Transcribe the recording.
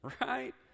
Right